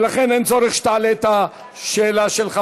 ולכן אין צורך שתעלה את השאלה שלך.